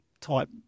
type